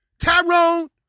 Tyrone